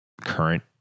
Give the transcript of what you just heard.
current